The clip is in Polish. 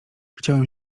chciałem